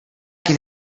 can